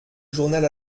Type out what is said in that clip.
journal